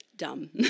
Dumb